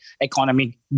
economy